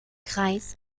kreis